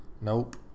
Nope